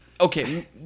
Okay